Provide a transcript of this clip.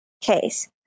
case